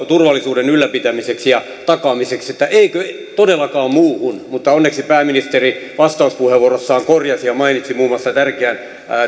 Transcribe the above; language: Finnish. turvallisuuden ylläpitämiseksi ja takaamiseksi että eikö todellakaan muuhun mutta onneksi pääministeri vastauspuheenvuorossaan korjasi tämän ja mainitsi muun muassa tärkeän